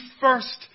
first